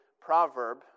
proverb